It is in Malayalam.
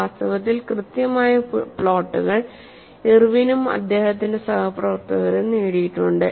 വാസ്തവത്തിൽ കൃത്യമായ പ്ലോട്ടുകൾ ഇർവിനും അദ്ദേഹത്തിന്റെ സഹപ്രവർത്തകരും നേടിയിട്ടുണ്ട്